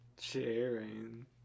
Sharing